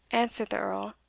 answered the earl.